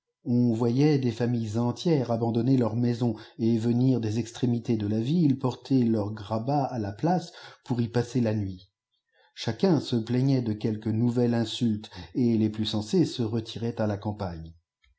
on voyait des familles entières abandonner leurs maisons et venir des extrémités de la ville porter leurs grabats à la place pour y passer la nuit chacun se plaignait de quelque nouvelle insulte et les plus sensés se retiraient à la campagne